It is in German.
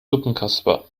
suppenkasper